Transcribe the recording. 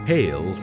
Hail